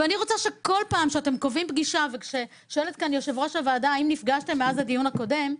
שואלת כאן יושבת-ראש הוועדה האם נפגשתם מאז הדיון הקודם,